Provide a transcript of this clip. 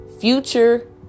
future